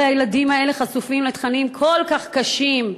הרי הילדים האלה חשופים לתכנים כל כך קשים,